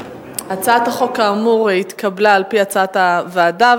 הצעת החוק התקבלה על-פי הצעת הוועדה,